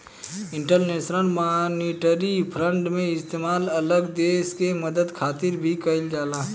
international monetary fund के इस्तेमाल अलग देश के मदद खातिर भी कइल जाला